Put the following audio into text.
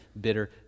bitter